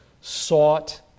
sought